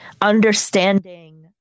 understanding